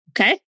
Okay